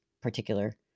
particular